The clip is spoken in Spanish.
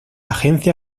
agencia